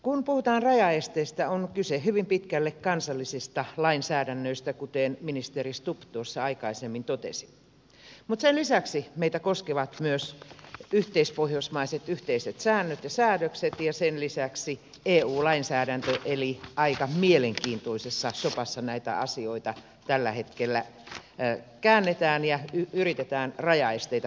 kun puhutaan rajaesteistä on kyse hyvin pitkälle kansallisista lainsäädännöistä kuten ministeri stubb tuossa aikaisemmin totesi mutta sen lisäksi meitä koskevat myös yhteispohjoismaiset yhteiset säännöt ja säädökset ja niiden lisäksi eu lainsäädäntö eli aika mielenkiintoisessa sopassa näitä asioita tällä hetkellä käännetään ja yritetään rajaesteitä poistaa